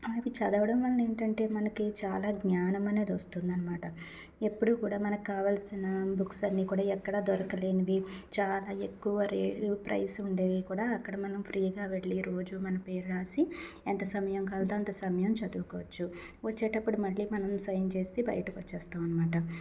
అవి చదవడం వల్ల ఏంటంటే మనకి చాలా జ్ఞానం అనేది వస్తుందన్నమాట ఎప్పుడూ కూడా మనకు కావాల్సిన బుక్స్ అన్నీ కూడా ఎక్కడా దొరకలేనివి చాలా ఎక్కువ రేట్ ప్రైస్ ఉండేవి కూడా అక్కడ మనం ఫ్రీగా వెళ్లి రోజు మన పేరు రాసి ఎంత సమయం కావాలంటే అంత సమయం చదువుకోవచ్చు వచ్చేటప్పుడు మళ్లీ మనం సైన్ చేసి బయటకు వచ్చేస్తాం అనమాట